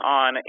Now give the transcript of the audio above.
on